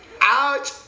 Ouch